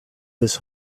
this